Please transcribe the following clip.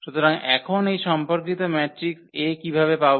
সুতরাং এখন এই সম্পর্কিত ম্যাট্রিক্স A কিভাবে পাব